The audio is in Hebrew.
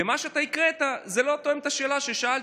ומה שאתה הקראת לא תואם את השאלה ששאלתי.